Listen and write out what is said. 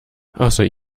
außer